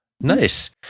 nice